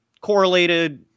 correlated